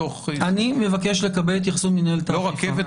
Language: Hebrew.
אני מבקש לקבל התייחסות ממינהלת האכיפה.